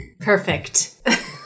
Perfect